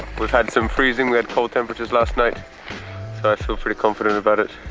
we've had some freezing, we had cold temperatures last night so i feel pretty confident about it.